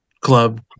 club